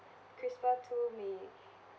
CRISPR tool may